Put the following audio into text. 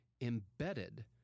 embedded